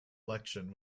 election